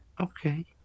Okay